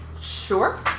sure